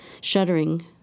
shuddering